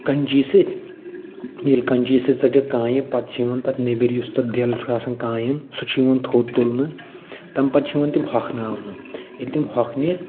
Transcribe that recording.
کنچی سۭتۍ ییٚلہِ کنچی سۭتۍ ژٔٹِکھ کانٛیہِ پتہٕ چھِ یِمن تتھ نیٚبِر یُس تتھ دٮ۪ل چھُ آسان کانٛٮ۪ن سُہ چھُ یِوان تھوٚد تُلنہٕ تَمہِ پتہٕ چھِ یِوان تِم ہۄکھناونہٕ ییٚلہِ تِم ہۄکھنہِ